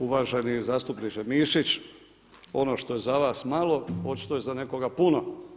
Uvaženi zastupniče Mišić, ono što je za vas malo očito je za nekoga puno.